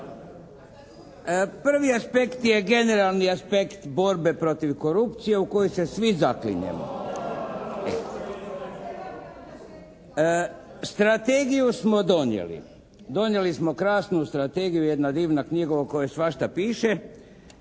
Prvi aspekt je generalni aspekt borbe protiv korupcije u koju se svi zaklinjemo. Strategiju smo donijeli. Donijeli smo krasnu strategiju, jedna divna knjiga u kojoj svašta piše